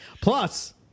Plus